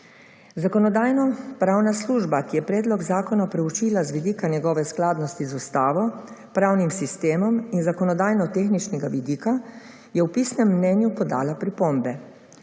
Zakonodajno-pravna služba, ki je predlog zakona proučila z vidika njegove skladnosti z Ustavo, pravnim sistemom in zakonodajno-tehničnega vidika je v pisnem mnenju podala pripombe.